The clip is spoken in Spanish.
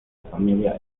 familia